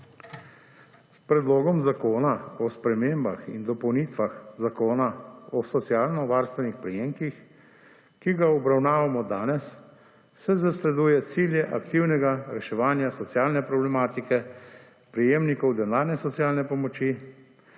S Predlogom zakona o spremembah in dopolnitvah Zakona o socialno varstvenih prejemkih, ki ga obravnavamo danes se zasleduje cilje aktivnega reševanja socialne problematike prejemnikov denarne socialne pomoči,